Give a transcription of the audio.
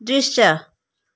दृश्य